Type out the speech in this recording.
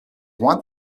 want